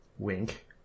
Wink